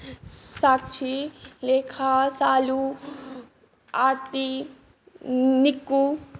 Sakshi Lekha Shalu Aarti Nikku